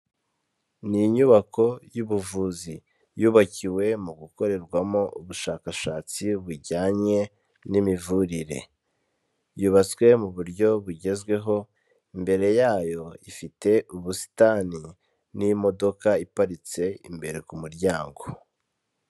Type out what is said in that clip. Ni inyubako y'ubuvuzi, yubakiwe mu gukorerwamo ubushakashatsi bujyanye n'imivurire, yubatswe mu buryo bugezweho, imbere yayo ifite ubusitani n'imodoka iparitse imbere ku muryango.